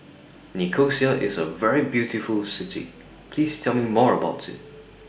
Nicosia IS A very beautiful City Please Tell Me More about IT